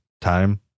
time